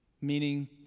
meaning